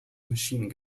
machine